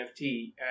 NFT